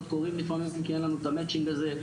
קוראים לפעמים כי אין לנו את המצ'ינג הזה,